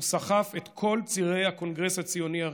הוא סחף את כל צירי הקונגרס הציוני הראשון.